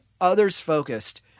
others-focused